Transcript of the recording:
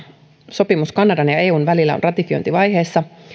sopimus kanadan ja ja eun välillä on ratifiointivaiheessa